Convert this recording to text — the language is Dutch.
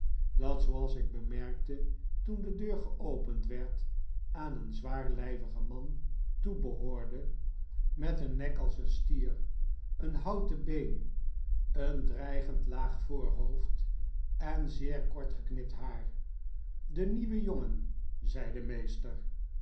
dat zooals ik bemerkte toen de deur geopend werd aan een zwaarlijvigen man toebehoorde met een nek als een stier een houten been een dreigend laag yoorhoofd en zeer kortgeknipt haar de nieuwe jongen zei de meester